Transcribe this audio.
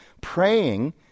praying